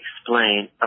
explain